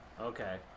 Okay